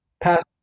past